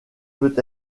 peut